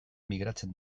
migratzen